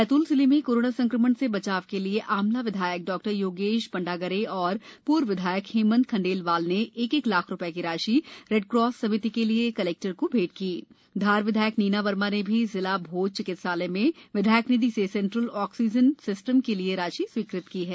बैतूल जिले में कोरोना संक्रमण से बचाव के लिए आमला विधायक डॉ योगेश ण्डागरे और र्व विधायक हेमंत खंडेलवाल ने एक एक लाख रु ये की राशि रेड क्रॉस समिति के लिए कलेक्टर को भेंट की धार विधायक नीना वर्मा ने भी जिला भोज चिकित्सालय में विधायक निधि से सेंट्रल ऑक्सीजन सिस्टम के लिए राशि स्वीकृत की है